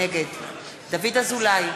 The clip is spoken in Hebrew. נגד דוד אזולאי,